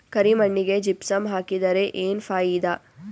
ಕರಿ ಮಣ್ಣಿಗೆ ಜಿಪ್ಸಮ್ ಹಾಕಿದರೆ ಏನ್ ಫಾಯಿದಾ?